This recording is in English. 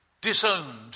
disowned